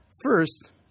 First